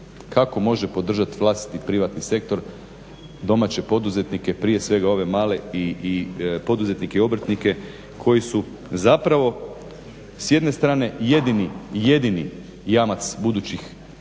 kako može podržati vlastiti privatni sektor, domaće poduzetnike, prije svega ove male i poduzetnike i obrtnike koji su zapravo s jedne strane jedini jamac budućih novih